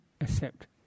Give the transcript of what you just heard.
accept